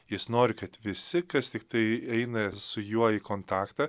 jis nori kad visi kas tiktai eina su juo į kontaktą